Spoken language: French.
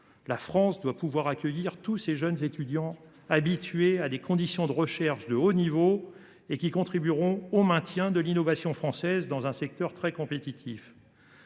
la France doit pouvoir accueillir tous ces jeunes étudiants habitués à des conditions de recherche de haut niveau, qui contribueront au maintien de l’innovation française, dans un secteur très compétitif.